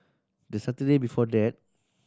the Saturday before that